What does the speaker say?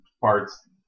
parts